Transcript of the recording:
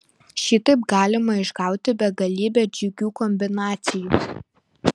šitaip galima išgauti begalybę džiugių kombinacijų